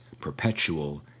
perpetual